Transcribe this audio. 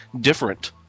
different